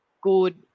good